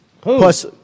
Plus